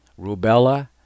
rubella